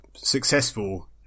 successful